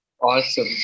Awesome